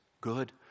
good